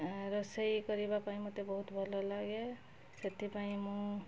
ରୋଷେଇ କରିବା ପାଇଁ ମୋତେ ବହୁତ ଭଲ ଲାଗେ ସେଥିପାଇଁ ମୁଁ